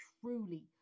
truly